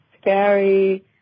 scary